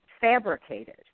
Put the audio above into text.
fabricated